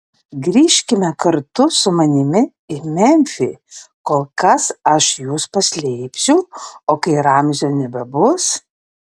grįžkite kartu su manimi į memfį kol kas aš jus paslėpsiu o kai ramzio nebebus